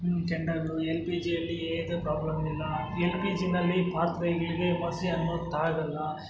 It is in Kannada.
ಕೆಂಡಗಳು ಎಲ್ ಪಿ ಜಿಯಲ್ಲಿ ಏನು ಪ್ರಾಬ್ಲಮ್ ಇಲ್ಲ ಎಲ್ ಪಿ ಜಿಯಲ್ಲಿ ಪಾತ್ರೆಗಳಿಗೆ ಮಸಿ ಅನ್ನೋದು ತಾಗೋಲ್ಲ